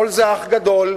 והכול זה "האח הגדול",